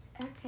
Okay